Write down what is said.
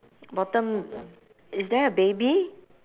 bottom is there a baby